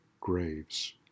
graves